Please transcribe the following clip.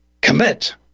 commit